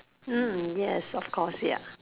mm yes of course ya